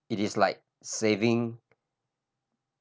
it is like saving